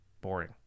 boring